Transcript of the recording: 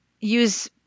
use